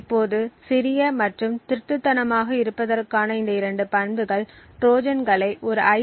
இப்போது சிறிய மற்றும் திருட்டுத்தனமாக இருப்பதற்கான இந்த இரண்டு பண்புகள் ட்ரோஜான்களை ஒரு ஐ